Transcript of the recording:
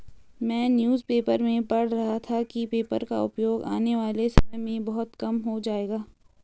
मैं newspaper में पढ़ रहा था कि पेपर का उपयोग आने वाले समय में बहुत कम हो जाएगा